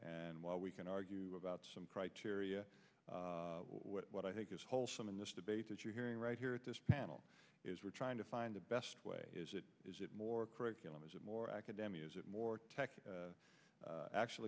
and while we can are about some criteria what i think is wholesome in this debate as you're hearing right here at this panel is we're trying to find the best way is it is it more curriculum is it more academic is it more tech actual